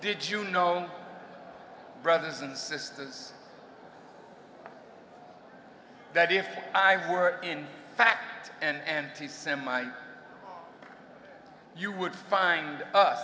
did you know brothers and sisters that if i were in fact and the semi you would find